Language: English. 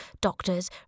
doctors